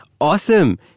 Awesome